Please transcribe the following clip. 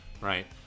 Right